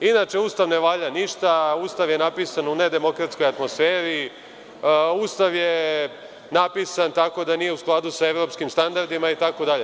Inače, Ustav ne valja ništa, Ustav je napisan u nedemokratskoj atmosferi, Ustav je napisan tako da nije u skladu sa evropskim standardima itd.